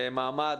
מעמד.